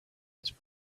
its